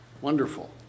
Wonderful